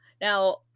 Now